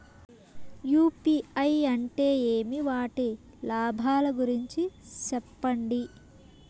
UPI అంటే ఏమి? వాటి లాభాల గురించి సెప్పండి?